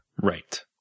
right